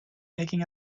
making